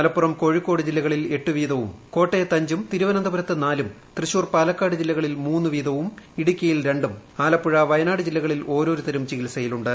മലപ്പുറം കോഴിക്കോട് ജില്ലകളിൽ എട്ടുവീതവും കോട്ടയത്ത് അഞ്ചും തിരുവനന്തപുരത്ത് നാലും തൃശൂർ പാലക്കാട് ജില്ലകളിൽ മൂന്നുവീതവും ഇടുക്കിയിൽ രണ്ടും ആലപ്പുഴ വയനാട് ജില്ലകളിൽ ഓരോരുത്തരും ചികിത്സയിലുണ്ട്